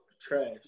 trash